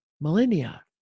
millennia